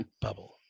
bubble